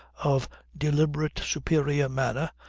of deliberate superior manner,